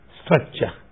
structure